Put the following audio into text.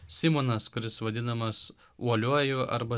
simonas kuris vadinamas uoliuoju arba